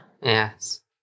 Yes